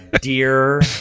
dear